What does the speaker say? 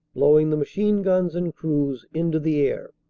blowing the machine-guns and crews into the air.